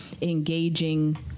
engaging